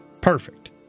Perfect